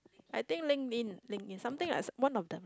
I think LinkedIn LinkedIn something like one of the